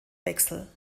wechsel